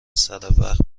سروقت